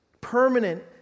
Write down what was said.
permanent